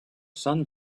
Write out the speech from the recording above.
son